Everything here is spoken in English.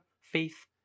faith